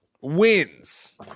wins